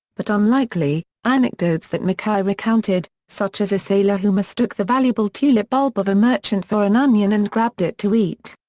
but unlikely, anecdotes that mackay recounted, such as a sailor who mistook the valuable tulip bulb of a merchant for an onion and grabbed it to eat.